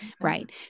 Right